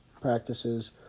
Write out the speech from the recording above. practices